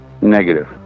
Negative